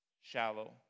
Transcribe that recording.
shallow